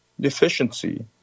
deficiency